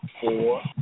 four